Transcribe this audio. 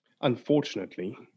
unfortunately